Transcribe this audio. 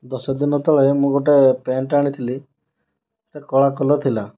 ଦଶ ଦିନ ତଳେ ମୁଁ ଗୋଟିଏ ପ୍ୟାଣ୍ଟ ଆଣିଥିଲି ସେଇଟା କଳା କଲର୍ ଥିଲା